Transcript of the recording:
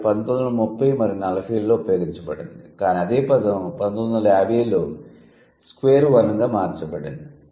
ఇది 1930 మరియు 40 లలో ఉపయోగించబడింది కానీ అదే పదం 1950 లో స్క్వేర్ వన్ గా మార్చబడింది